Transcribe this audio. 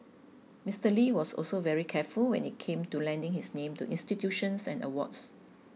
Mister Lee was also very careful when it came to lending his name to institutions and awards